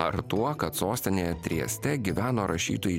ar tuo kad sostinėje trieste gyveno rašytojai